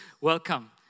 Welcome